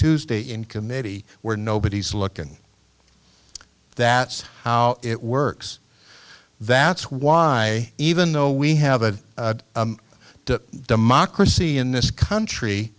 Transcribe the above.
tuesday in committee where nobody's looking that's how it works that's why even though we have a democracy in this country